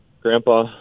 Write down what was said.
grandpa